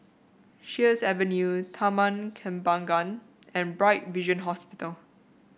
Sheares Avenue Taman Kembangan and Bright Vision Hospital